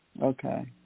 Okay